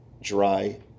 dry